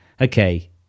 okay